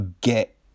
get